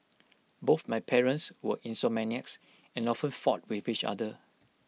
both my parents were insomniacs and often fought with each other